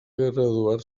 graduar